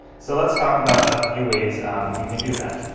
so let's talk about a few ways we can do that.